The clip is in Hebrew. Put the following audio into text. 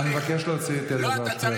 אני מבקש להוציא את אלעזר שטרן.